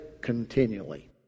continually